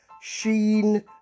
sheen